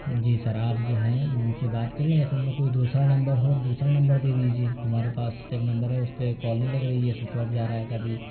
جی sir آپ جو ہیں ان سے بات کر لیں یا پھر ان کو کوئی دوسرا نمبر ہو دوسرا نمبر دے دیجیے ہمارے پاس تو ایک نمبر ہے اس پہ کال نہیں لگ رہی ہے سوئچ آف جا رہا ہے کبھی